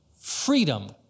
freedom